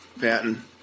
Patton